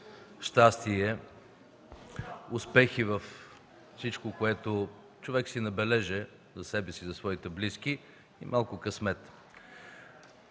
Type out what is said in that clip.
щастие, успехи във всичко, което човек си набележи за себе си, за своите близки, и малко късмет!